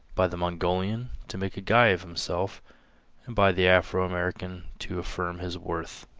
by the mongolian to make a guy of himself, and by the afro-american to affirm his worth.